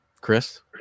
Chris